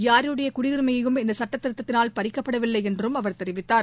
யாருடைய குடியுரிமையும் இந்த சட்டதிருத்தத்தினால் பறிக்கப்படவில்லை என்றும் அவர் தெரிவித்தார்